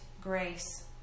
grace